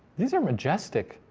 these are majestic.